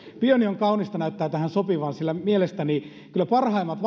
pieni on kaunista näyttää tähän sopivan sillä mielestäni kyllä parhaimmat